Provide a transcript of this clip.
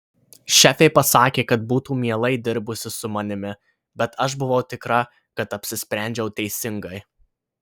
šefė pasakė kad būtų mielai dirbusi su manimi bet aš buvau tikra kad apsisprendžiau teisingai